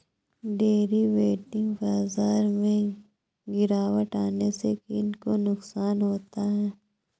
Derivative बाजार में गिरावट आने से किन को नुकसान होता है?